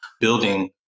building